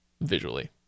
visually